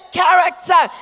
character